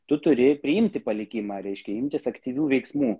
tu turi priimti palikimą reiškia imtis aktyvių veiksmų